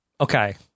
Okay